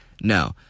No